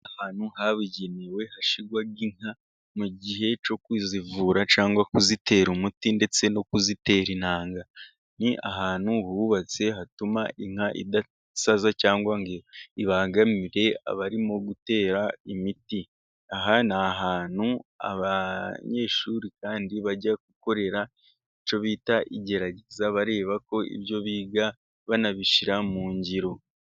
Ahantu habigenewe hashyirwa inka, mu gihe cyo kuzivura cyangwa kuzitera umuti ndetse no kuzitera intanga, ni ahantu hubatse hatuma inka idasaza cyangwa ngo ibangamire abarimo gutera imiti, aha ni ahantu abanyeshuri kandi bajya gukorera icyo bita igerageza, bareba ko ibyo biga banabishyira mu ngiro.